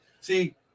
see